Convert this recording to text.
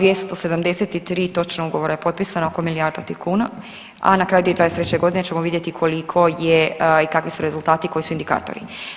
273 točno ugovora je potpisano oko milijarda … [[Govornica se ne razumije.]] kuna, a na kraju 2023. godine ćemo vidjeti koliko je i kakvi su rezultati i koji su indikatori.